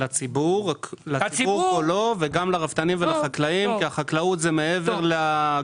לציבור כולו וגם לרפתנים ולחקלאים כי חקלאות כי זה מעבר לקנייה בסופר,